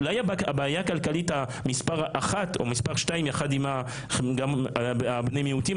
אולי הבעיה הכלכלית מס' 1 או 2 יחד עם בני המעוטים,